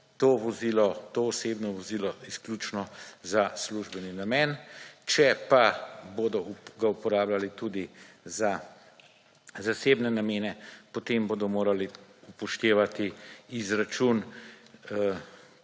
to osebno vozilo izključno za službeni namen, če pa bodo ga uporabljali tudi za zasebne namene, potem bodo morali upoštevati izračun,